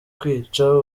kwica